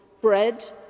bread